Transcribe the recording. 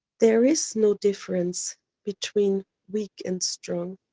there is no difference between weak and strong,